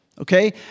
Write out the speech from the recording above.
Okay